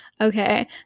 Okay